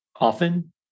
often